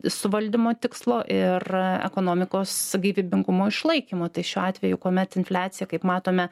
suvaldymo tikslo ir ekonomikos gyvybingumo išlaikymo tai šiuo atveju kuomet infliacija kaip matome